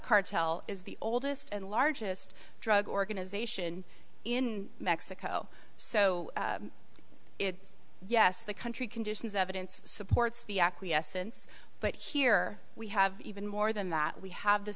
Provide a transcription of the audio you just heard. cartel is the oldest and largest drug organization in mexico so it's yes the country conditions evidence supports the acquiescence but here we have even more than that we have th